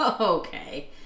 okay